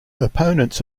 opponents